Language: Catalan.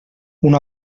una